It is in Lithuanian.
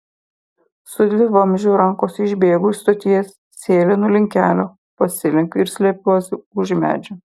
su dvivamzdžiu rankose išbėgu iš stoties sėlinu link kelio pasilenkiu ir slepiuosi už medžių